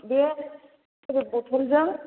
बे स्प्रे बथलजों